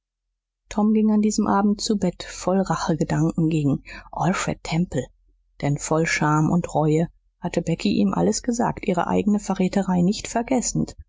tom ging an diesem abend zu bett voll rachegedanken gegen alfred temple denn voll scham und reue hatte becky ihm alles gesagt ihre eigene verräterei nicht vergessend